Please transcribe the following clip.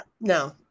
No